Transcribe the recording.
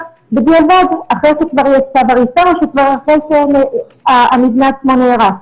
בדיעבד אחרי שכבר יש צו הריסה או שאחרי שהמבנה עצמו נהרס,